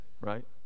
Right